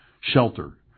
shelter